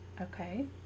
Okay